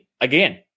again